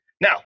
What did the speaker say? Now